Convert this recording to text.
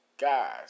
guys